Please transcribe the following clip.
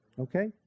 Okay